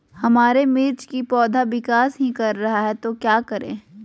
हमारे मिर्च कि पौधा विकास ही कर रहा है तो क्या करे?